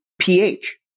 pH